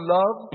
love